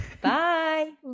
Bye